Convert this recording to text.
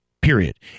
Period